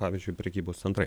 pavyzdžiui prekybos centrai